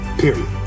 Period